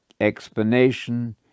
explanation